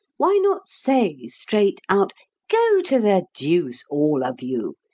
why not say straight out go to the deuce, all of you!